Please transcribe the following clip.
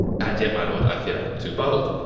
and yet, my lord, i fear i am too bold.